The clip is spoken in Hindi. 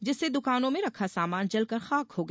जिससे दुकानों में रखा सामान जलकर खाक हो गया